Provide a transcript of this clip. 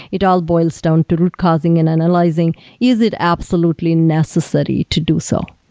it all boils down to root causing and analyzing is it absolutely necessary to do so?